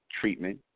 treatment